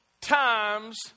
times